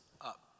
up